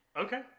Okay